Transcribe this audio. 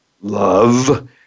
love